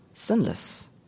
Sinless